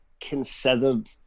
considered